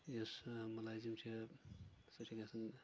یُس مٔلٲزِم چُھ سُہ چھ گژھان